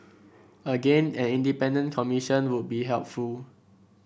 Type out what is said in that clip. again an independent commission would be helpful